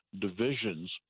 divisions